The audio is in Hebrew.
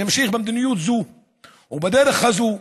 אם היא תמשיך במדיניות זאת או בדרך הזאת,